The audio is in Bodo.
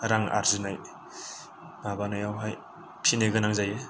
रां आरजिनाय माबानायावहाय फिसिनो गोनां जायो